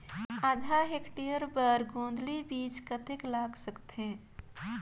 आधा हेक्टेयर बर गोंदली बीच कतेक लाग सकथे?